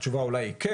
התשובה היא אולי כן,